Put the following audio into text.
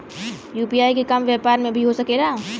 UPI के काम व्यापार में भी हो सके ला?